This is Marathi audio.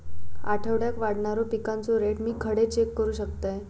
आठवड्याक वाढणारो पिकांचो रेट मी खडे चेक करू शकतय?